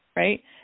right